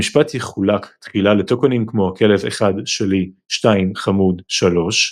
המשפט יחולק תחילה לטוקנים כמו "הכלב 1 שלי 2 חמוד 3 ".